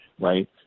right